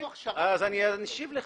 אשיב לך.